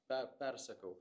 per persakau